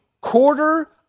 quarter